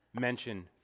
mention